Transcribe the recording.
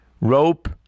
Rope